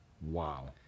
wow